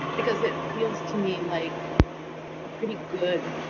because it feels to me like a pretty good